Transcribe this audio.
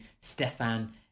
stefan